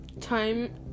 Time